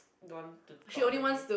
don't want to talk already